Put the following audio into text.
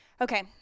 Okay